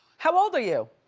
how old are you?